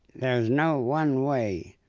there's no one way.